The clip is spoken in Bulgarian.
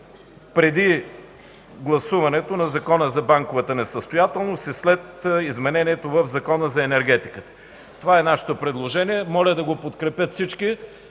преди гласуването на Закона за банковата несъстоятелност и след изменението в Закона за енергетиката. Това е нашето предложение. Моля да го подкрепят всички,